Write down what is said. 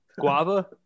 Guava